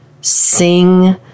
Sing